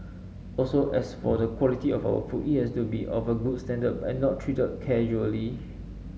also as for the quality of our food it has to be of a good standard and not treated casually